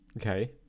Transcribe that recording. Okay